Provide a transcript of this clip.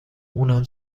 اونم